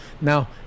now